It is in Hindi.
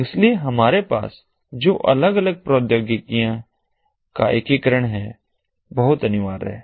इसलिए हमारे पास जो अलग अलग प्रौद्योगिकियों का एकीकरण है बहुत अनिवार्य है